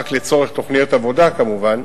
רק לצורך תוכניות עבודה, כמובן,